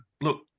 look